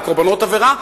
לקורבנות עבירה,